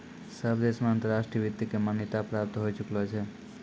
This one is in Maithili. सब देश मे अंतर्राष्ट्रीय वित्त के मान्यता प्राप्त होए चुकलो छै